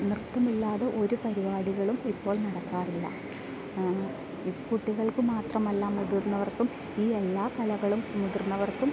നൃത്തമില്ലാതെ ഒരു പരിപാടികളും ഇപ്പോൾ നടക്കാറില്ല കുട്ടികൾക്ക് മാത്രമല്ല മുതിർന്നവർക്കും ഈ എല്ലാ കലകളും മുതിർന്നവർക്കും